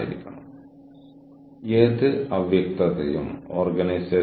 കൂടാതെ നമ്മൾ ഒരു ശൃംഖലയായി ഒരു യൂണിറ്റായി വളരുന്നു